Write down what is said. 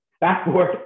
backboard